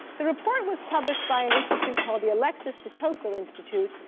the report was published by an institute called the alexis de tocqueville institute,